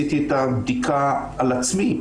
אני עשיתי את הבדיקה על עצמי.